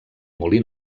molí